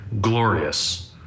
glorious